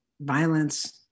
violence